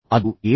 ಅದು ಏನು